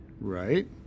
Right